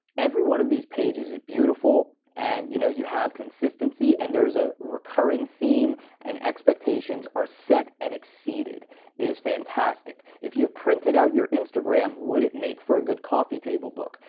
every one of these pages is beautiful and you know you have consistency, and there's a recurring theme and expectations are set and exceeded. it is fantastic. if you printed out your instagram, would it make for a good coffee table book?